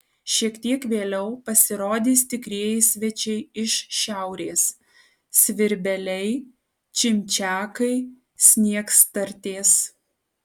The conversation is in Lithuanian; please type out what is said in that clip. šiek tiek vėliau pasirodys tikrieji svečiai iš šiaurės svirbeliai čimčiakai sniegstartės